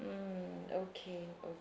mm okay okay